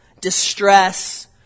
distress